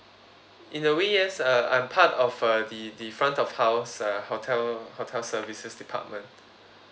in a way yes uh I'm part of uh the the front of house uh hotel hotel services department